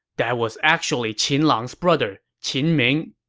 that was actually qin lang's brother, qin ming.